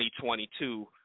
2022